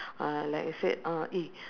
uh like I said uh eh